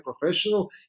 professional